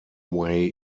way